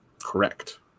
correct